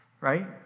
right